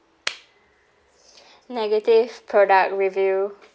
negative product review